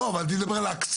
לא, אבל אני מדבר על ההקצאה.